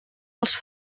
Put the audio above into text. els